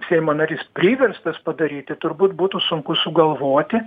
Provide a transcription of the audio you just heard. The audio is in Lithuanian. seimo narys priverstas padaryti turbūt būtų sunku sugalvoti